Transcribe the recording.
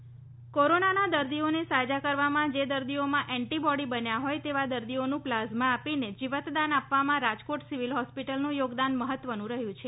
plasma corona કોરાનાના દર્દીઓને સાજા કરવામાં જે દર્દીઓમાં એન્ટીબોડી બન્યા હોય તેવા દર્દીઓનું પ્લાઝમા આપીને જીવતદાન આપવામાં રાજકોટ સિવિલ હોસ્પિટલનુ યોગદાન મહત્વનું રહ્યું છે